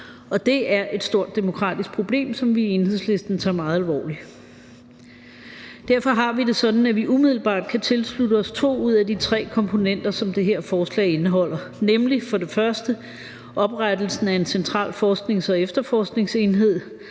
Det er et stort demokratisk problem, som vi i Enhedslisten tager meget alvorligt. Derfor har vi det sådan, at vi umiddelbart kan tilslutte os to ud af de tre komponenter, som det her forslag indeholder, nemlig for det første oprettelsen af en central forsknings- og efterforskningsenhed